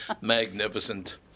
Magnificent